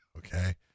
Okay